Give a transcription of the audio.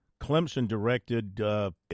Clemson-directed